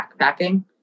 backpacking